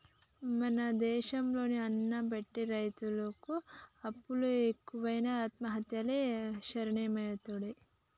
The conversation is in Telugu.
మన దేశం లో అన్నం పెట్టె రైతుకు అప్పులు ఎక్కువై ఆత్మహత్యలే శరణ్యమైతాండే